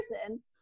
person